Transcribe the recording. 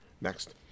next